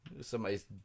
Somebody's